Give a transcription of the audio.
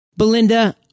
Belinda